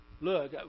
look